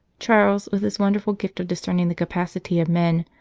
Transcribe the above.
charles, with his wonderful gift of discerning the capacity of men,